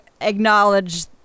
acknowledge